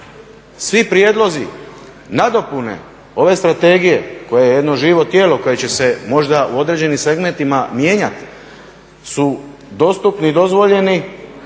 svi prijedlozi, nadopune ove strategije koja je jedno živo tijelo koje će se možda u određenim segmentima mijenjati su dostupni i dozvoljeni